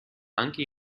anche